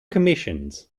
commissioned